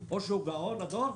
או שהוא גאון הדור,